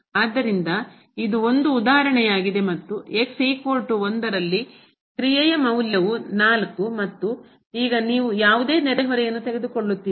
ಆದ್ದರಿಂದ ಇದು ಒಂದು ಉದಾಹರಣೆಯಾಗಿದೆ ಮತ್ತು ನಲ್ಲಿ ಕ್ರಿಯೆಯ ಮೌಲ್ಯವು 4 ಮತ್ತು ಈಗ ನೀವು ಯಾವುದೇ ನೆರೆಹೊರೆಯನ್ನು ತೆಗೆದುಕೊಳ್ಳುತ್ತೀರಿ